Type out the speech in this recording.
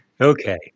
Okay